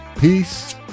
peace